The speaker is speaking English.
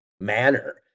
manner